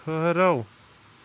ٹھٔہرَو